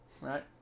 right